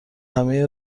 همهی